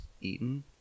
eaten